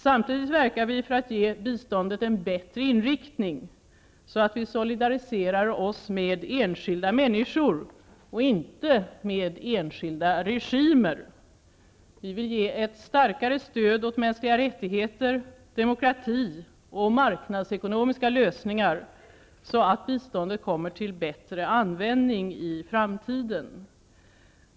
Samtidigt verkar vi för att ge biståndet en bättre inriktning, så att vi solidariserar oss med enskilda människor, inte med enskilda regimer. Vi vill ge ett starkare stöd åt mänskliga rättigheter, demokrati och marknadsekonomiska lösningar, så att biståndet kommer till bättre användning i framtiden.